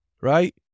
right